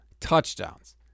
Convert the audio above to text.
touchdowns